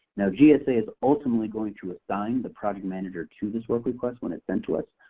now, gsa is ultimately going to assign the project manager to this work request when it's sent to us.